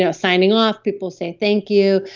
ah signing off, people say thank you.